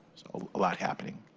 a lot happening.